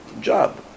job